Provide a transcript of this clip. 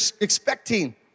expecting